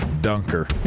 dunker